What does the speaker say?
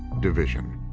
division.